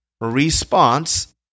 response